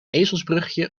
ezelsbruggetje